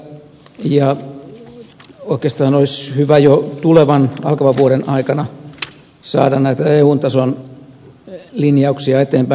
oikeastaan olisi hyvä jo alkavan vuoden aikana saada eun tason linjauksia eteenpäin